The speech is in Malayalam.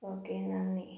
ഓക്കേ നന്ദി